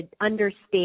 understand